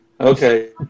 Okay